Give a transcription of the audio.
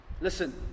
Listen